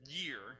year